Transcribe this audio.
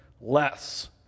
less